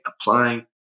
applying